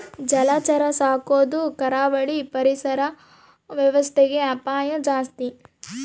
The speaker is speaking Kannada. ಜಲಚರ ಸಾಕೊದು ಕರಾವಳಿ ಪರಿಸರ ವ್ಯವಸ್ಥೆಗೆ ಅಪಾಯ ಜಾಸ್ತಿ